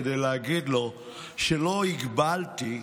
כדי להגיד לו שלא הגבלתי.